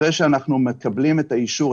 אחרי שאנחנו מקבלים את האישור,